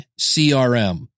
CRM